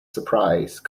surprise